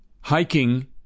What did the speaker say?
hiking